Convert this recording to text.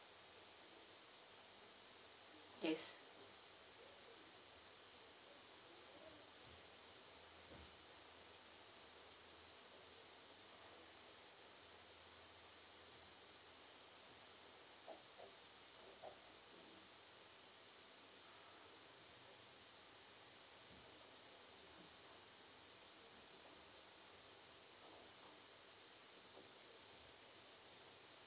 yes